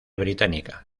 británica